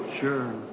Sure